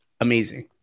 amazing